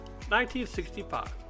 1965